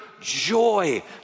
joy